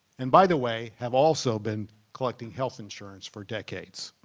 and by the way, have also been collecting health insurance for decades.